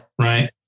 Right